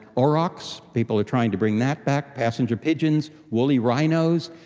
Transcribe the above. aurochs, people are trying to bring that back, passenger pigeons, woolly rhinos.